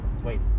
wait